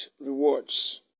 rewards